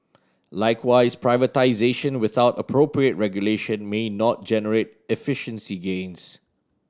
likewise privatisation without appropriate regulation may not generate efficiency gains